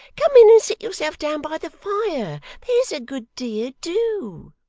come in and sit yourself down by the fire there's a good dear do